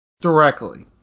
directly